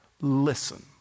Listen